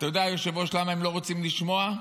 אתה יודע, היושב-ראש, למה הם לא רוצים לשמוע?